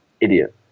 Idiot